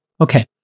Okay